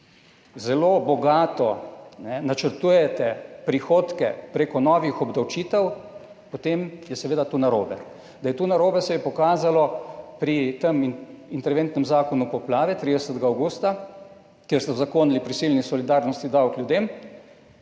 zelo bogato načrtujete prihodke prek novih obdavčitev, potem je seveda to narobe. Da je to narobe, se je pokazalo pri tem interventnem zakonu o poplavah 30. avgusta, kjer so uzakonili prisilni solidarnostni davek ljudem,